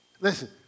listen